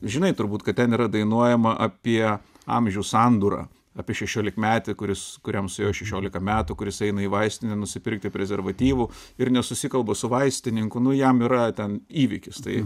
žinai turbūt kad ten yra dainuojama apie amžių sandūrą apie šešiolikmetį kuris kuriam suėjo šešiolika metų kuris eina į vaistinę nusipirkti prezervatyvų ir nesusikalba su vaistininku nu jam yra ten įvykis tai